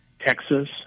Texas